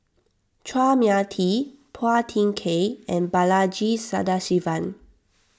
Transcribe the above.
Chua Mia Tee Phua Thin Kiay and Balaji Sadasivan